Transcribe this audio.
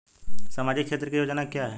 सामाजिक क्षेत्र की योजना क्या है?